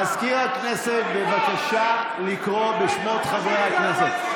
מזכיר הכנסת, בבקשה לקרוא בשמות חברי הכנסת.